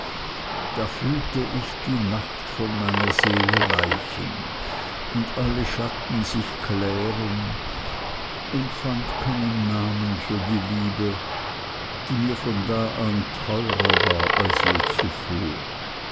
da fühlte ich die nacht von meiner seele weichen und alle schatten sich klären und fand keinen namen für die liebe die mir von da an teuerer war als je zuvor